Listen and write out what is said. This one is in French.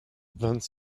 vingt